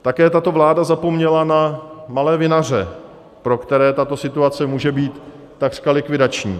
Také tato vláda zapomněla na malé vinaře, pro které tato situace může být takřka likvidační.